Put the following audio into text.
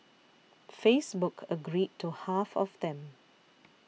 Facebook agreed to half of them